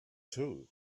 too